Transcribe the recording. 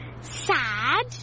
sad